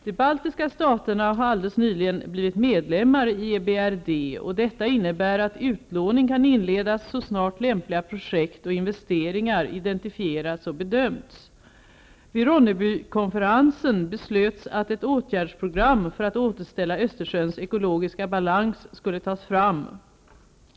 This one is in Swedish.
De baltiska staterna har alldeles nyligen blivit medlemmar i EBRD. Detta innebär att utlåning kan inledas så snart lämpliga projekt och investeringar identifierats och bedömts. Vid Ronnebykonferensen beslöts att ett åtgärdsprogram för att återställa Östersjöns ekologiska balans skulle tas fram.